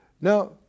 Now